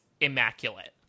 immaculate